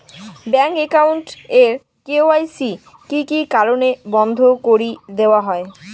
Bank account এর KYC কি কি কারণে বন্ধ করি দেওয়া হয়?